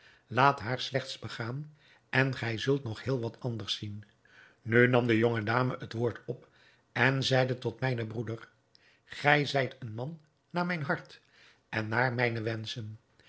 laat haar slechts begaan en gij zult nog heel wat anders zien nu nam de jonge dame het woord op en zeide tot mijnen broeder gij zijt een man naar mijn hart en naar mijne wenschen